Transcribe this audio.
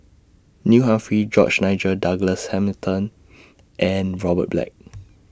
Neil Humphreys George Nigel Douglas Hamilton and Robert Black